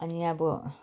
अनि अब